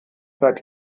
seit